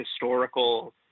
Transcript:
historical